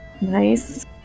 Nice